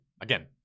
Again